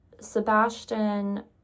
Sebastian